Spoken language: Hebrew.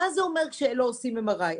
מה זה אומר כשלא עושים MRI?